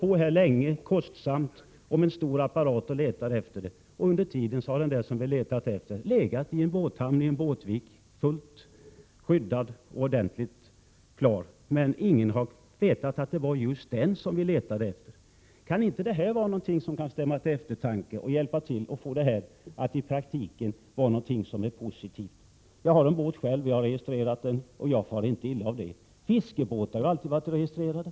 Det blir, som sagt, kostsamt att dra i gång en stor apparat för att leta efter båten i fråga. Samtidigt har dock båten som man letar efter kanske legat i en båthamn eller i någon vik, fullt skyddad och helt oskadd. Ingen har alltså vetat att det var just den båten som var efterlyst. Kan inte detta stämma till eftertanke? Kan inte detta få oss att uppfatta en registrering som någonting som i praktiken är positivt? Jag har själv en båt och jag har registrerat den. Jag far inte illa av det. Fiskebåtar har alltid varit registrerade.